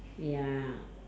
ya